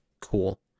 Cool